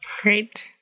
Great